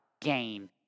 gain